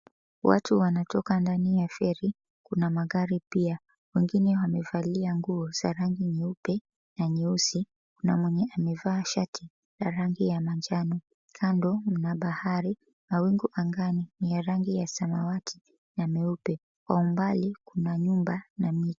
Watu wanatoka ndani ya feri, kuna magari pia. Wengine wamevalia nguo za rangi nyeupe na nyeusi, kuna mwenye amevaa shati la rangi ya manjano, kando mna bahari. Mawingu angani ni ya rangi ya samawati ya meupe. Kwa umbali kuna nyumba na miti.